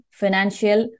financial